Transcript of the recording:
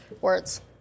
Words